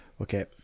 Okay